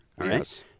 Yes